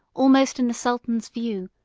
almost in the sultan's view,